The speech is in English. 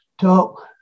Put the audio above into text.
talk